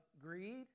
greed